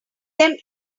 them